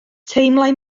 teimlai